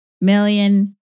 million